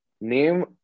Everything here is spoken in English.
name